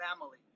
family